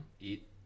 eat